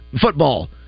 football